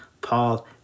Paul